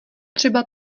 třeba